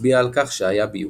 מצביע על כך שהיה ביוץ.